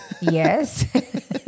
yes